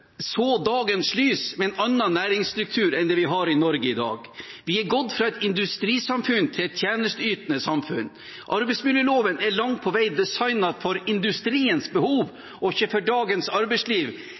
så dagens lys med en annen næringsstruktur enn det vi har i Norge i dag. Vi har gått fra et industrisamfunn til et tjenesteytende samfunn. Arbeidsmiljøloven er langt på vei designet for industriens behov og ikke for dagens arbeidsliv,